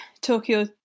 Tokyo